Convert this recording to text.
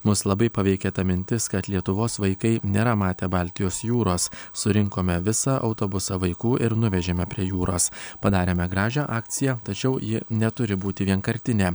mus labai paveikia ta mintis kad lietuvos vaikai nėra matę baltijos jūros surinkome visą autobusą vaikų ir nuvežėme prie jūros padarėme gražią akciją tačiau ji neturi būti vienkartinė